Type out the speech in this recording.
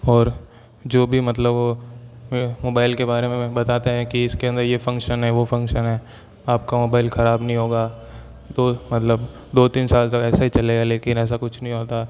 और जो भी मतलब वो मोबाइल के बारे में हमें बताते हैं कि इसके अंदर ये फंक्शन है वो फंक्शन है आपका मोबाइल ख़राब नहीं होगा तो मतलब दो तीन साल तक ऐसे ही चलेगा लेकिन ऐसा कुछ नहीं होता